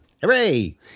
hooray